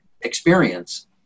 experience